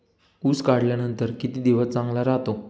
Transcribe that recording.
ऊस काढल्यानंतर किती दिवस चांगला राहतो?